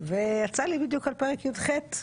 ויצא לי בדיוק על פרק י"ח,